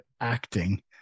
acting